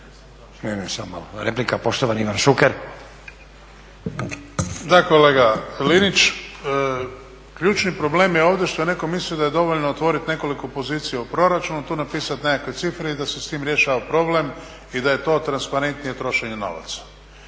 Ne, ne, samo malo. Replika poštovani Ivan Šuker. **Šuker, Ivan (HDZ)** Da kolega Linić, ključni problem je ovdje što je netko mislio da je dovoljno otvoriti nekoliko pozicija u proračunu, tu napisati neke cifre i da se sa time rješava problem i da je to transparentnije trošenje novaca.